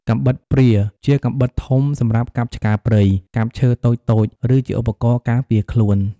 កាំបិតព្រា ជាកាំបិតធំសម្រាប់កាប់ឆ្ការព្រៃ កាប់ឈើតូចៗ ឬជាឧបករណ៍ការពារខ្លួន។